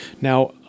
now